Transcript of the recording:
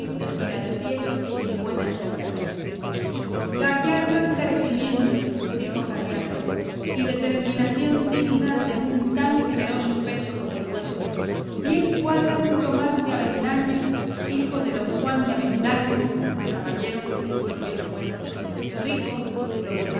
ir al cielo sin buenas obras gallardo encarecimiento dijo carriazo y determinación digna de un tan generoso pecho como el vuestro bien cuadra un don tomás de avendaño hijo de don juan de avendaño caballero lo que es bueno rico lo que basta mozo lo que alegra discreto lo que admira con enamorado y perdido por una fregona que